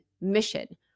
mission